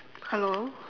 hello